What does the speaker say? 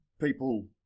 people